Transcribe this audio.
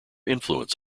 influence